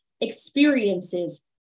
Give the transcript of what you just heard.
experiences